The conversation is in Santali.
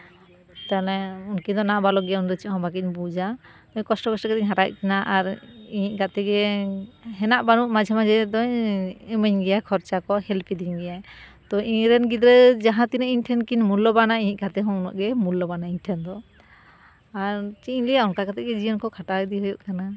ᱛᱟᱞᱦᱮ ᱩᱱᱠᱤᱱ ᱫᱚ ᱱᱟᱵᱟᱞᱚᱠ ᱜᱮ ᱩᱱᱠᱤᱱ ᱫᱚ ᱪᱮᱫ ᱦᱚᱸ ᱵᱟᱹᱠᱤᱱ ᱵᱩᱡᱟ ᱟᱹᱰᱤ ᱠᱚᱥᱴᱚᱢᱚᱥᱴᱚ ᱠᱟᱛᱮᱧ ᱦᱟᱨᱟᱭᱮᱫ ᱠᱤᱱᱟᱹ ᱟᱨ ᱤᱧᱤᱡ ᱜᱟᱛᱮ ᱜᱮ ᱦᱮᱱᱟᱜ ᱵᱟᱹᱱᱩᱜ ᱢᱟᱡᱷᱮᱼᱢᱟᱡᱷᱮ ᱫᱚᱭ ᱤᱢᱟᱹᱧ ᱜᱮᱭᱟᱭ ᱠᱷᱚᱨᱪᱟ ᱠᱚ ᱦᱮᱞᱯᱮᱫᱤᱧ ᱜᱮᱭᱟᱭ ᱛᱚ ᱤᱧ ᱨᱮᱱ ᱜᱤᱫᱟᱹᱨ ᱡᱟᱦᱟᱸᱛᱤᱱᱟᱹᱜ ᱤᱧ ᱴᱷᱮᱱ ᱠᱤᱱ ᱢᱩᱞᱞᱚᱵᱟᱱᱟ ᱤᱧ ᱨᱮᱱ ᱜᱟᱛᱮ ᱦᱚᱸ ᱩᱱᱟᱹᱜ ᱜᱮᱭ ᱢᱩᱞᱞᱚᱵᱟᱱᱟ ᱤᱧ ᱴᱷᱮᱱ ᱫᱚ ᱟᱨ ᱪᱮᱫ ᱤᱧ ᱞᱟᱹᱟᱭ ᱚᱱᱠᱟ ᱠᱟᱛᱮᱫ ᱜᱮ ᱡᱤᱭᱚᱱ ᱠᱚ ᱠᱷᱟᱸᱰᱟᱣ ᱤᱫᱤ ᱦᱩᱭᱩᱜ ᱠᱟᱱᱟ